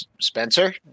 Spencer